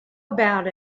about